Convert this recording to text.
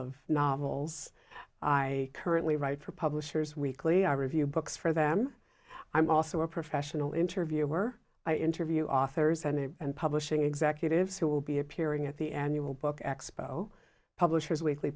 of novels i currently write for publishers weekly i review books for them i'm also a professional interviewer i interview authors and publishing executives who will be appearing at the annual book expo publishers weekly